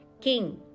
king